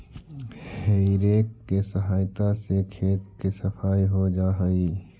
हेइ rake के सहायता से खेत के सफाई हो जा हई